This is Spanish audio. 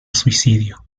suicidio